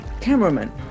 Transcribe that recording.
cameraman